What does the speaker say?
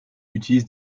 utilise